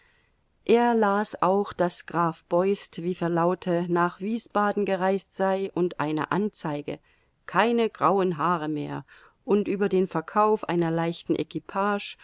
er las auch daß graf beust wie verlaute nach wiesbaden gereist sei und eine anzeige keine grauen haare mehr und über den verkauf einer leichten